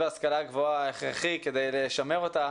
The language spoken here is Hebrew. ההשכלה הגבוהה הכרחי כדי לשמר אותה